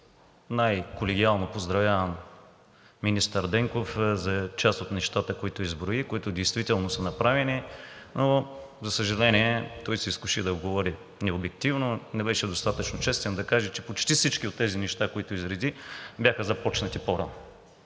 най-колегиално поздравявам министър Денков за част от нещата, които изброи, които действително са направени, но за съжаление, той се изкуши да отговори необективно. Не беше достатъчно честен, за да каже, че почти всички неща от тези, които изреди, бяха започнати по-рано.